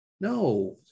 No